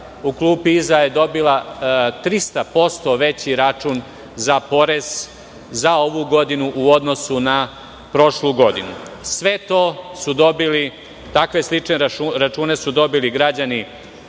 u klupi iza je dobila 300% veći račun za porez za ovu godinu u odnosu na prošlu godinu. Takve i slične račune su dobili građani